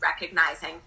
recognizing